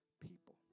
people